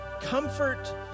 Comfort